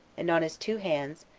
and on his two hands,